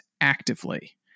actively